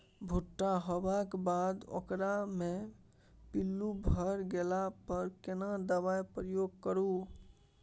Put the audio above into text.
भूट्टा होबाक बाद ओकरा मे पील्लू भ गेला पर केना दबाई प्रयोग करू?